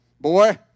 Boy